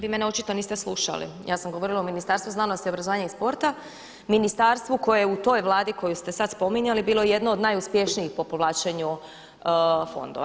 Vi mene očito niste slušali, ja sam govorila o Ministarstvu znanosti, obrazovanja i sporta, ministarstvu koje u toj Vladi koju ste sad spominjali bilo jedno od najuspješnijih po povlačenju fondova.